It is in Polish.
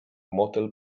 motyl